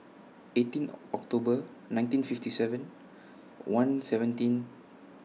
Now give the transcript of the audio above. eighteen October nineteen fifty seven one seventeen